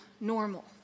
normal